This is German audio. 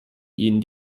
ihnen